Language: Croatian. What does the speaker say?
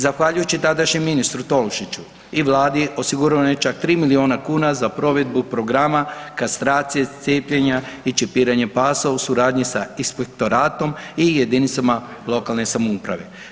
Zahvaljujući tadašnjem ministru Tolušiću i Vladi, osigurano je čak 3 milijuna kn za provedbu programa, kastracije, cijepljenja i čipiranje pasa u suradnji sa inspektoratom i jedinicama lokalne samouprave.